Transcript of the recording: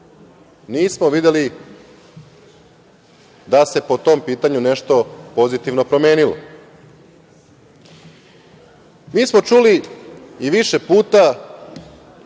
Nismo videli da se po tom pitanju nešto pozitivno promenilo. Čuli smo više puta